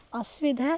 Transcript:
ଅସୁବିଧା